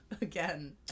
Again